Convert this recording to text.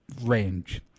range